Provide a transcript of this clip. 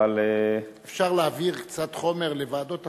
אבל, אפשר להעביר קצת חומר לוועדות אחרות.